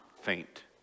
faint